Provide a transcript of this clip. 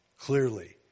clearly